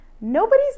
nobody's